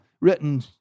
written